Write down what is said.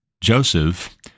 Joseph